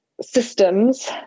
systems